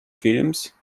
films